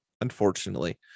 unfortunately